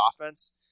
offense